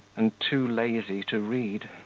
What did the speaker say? and too lazy to read.